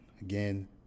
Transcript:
again